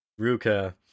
Ruka